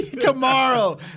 Tomorrow